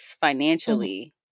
financially